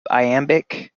iambic